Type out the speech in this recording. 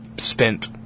spent